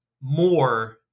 more